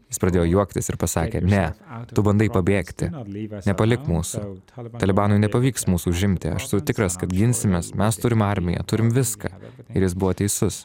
jis pradėjo juoktis ir pasakė ne tu bandai pabėgti nepalik mūsų talibanui nepavyks mūsų užimtiaš esu tikras kad ginsimės mes turim armiją turim viską ir jis buvo teisus